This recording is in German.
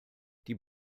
die